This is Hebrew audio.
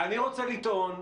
אני רוצה לטעון,